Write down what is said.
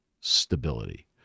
stability